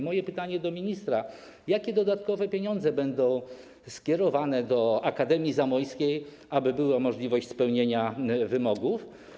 Moje pytanie do ministra: Jakie dodatkowe pieniądze będą skierowane do Akademii Zamojskiej, aby było możliwe spełnienie wymogów?